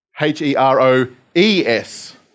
H-E-R-O-E-S